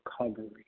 recovery